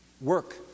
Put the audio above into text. work